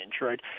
right